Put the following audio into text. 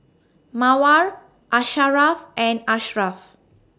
Mawar Asharaff and Ashraff